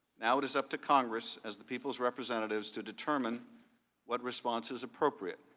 now it is up to congress as the people's representatives to determine what response is appropriate.